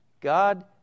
God